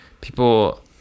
People